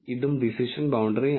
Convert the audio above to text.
ഇതും decision boundary ആണ്